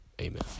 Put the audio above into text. amen